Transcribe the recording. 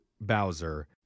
Bowser